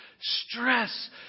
stress